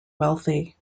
wealthy